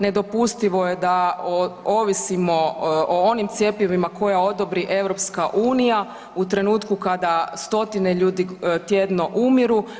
Nedopustivo je da ovisimo o onim cjepivima koja odobri EU u trenutku kada stotine ljudi tjedno umiru.